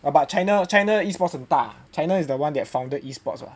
about China China e-sports 很大 China is the one that founded e-sports [what]